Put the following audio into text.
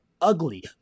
ugly